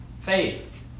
faith